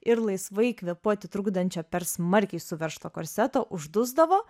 ir laisvai kvėpuoti trukdančio per smarkiai suveržto korseto uždusdavo